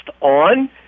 on